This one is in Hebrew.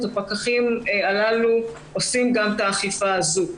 הפקחים הללו עושים גם את האכיפה הזאת.